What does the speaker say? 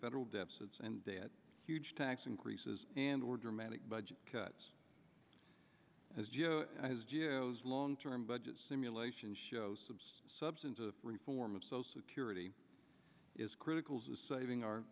federal deficits and debt huge tax increases and or dramatic budget cuts as long term budget simulation shows substantive reform of social security is critical to saving our